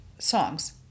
songs